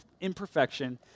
imperfection